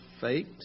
fate